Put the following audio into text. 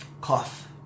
Cough